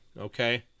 Okay